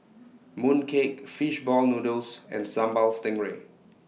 Mooncake Fish Ball Noodles and Sambal Stingray